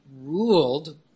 ruled